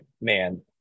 man